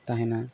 ᱛᱟᱦᱮᱱᱟ